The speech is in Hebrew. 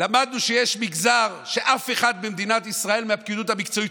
ולמדנו שיש מגזר שאף אחד מהפקידות המקצועית